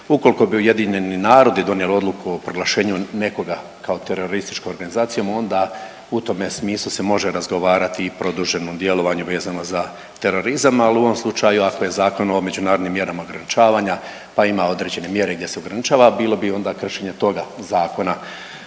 ukoliko bi Ujedinjeni narodi donijeli odluku o proglašenju nekoga kao terorističkom organizacijom onda u tome smislu se može razgovarati i produženom djelovanju vezano za terorizam. Ali u ovom slučaju ako je Zakon o međunarodnim mjerama ograničavanja pa ima određene mjere gdje se ograničava, bilo bi onda kršenje toga zakona